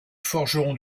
forgeron